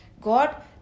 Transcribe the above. God